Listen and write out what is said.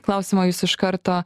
klausimo jūs iš karto